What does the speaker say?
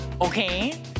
okay